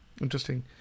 Interesting